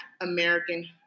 American